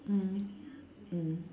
mm mm